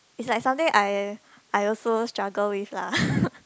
it's like something I I also struggle with lah